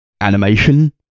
animation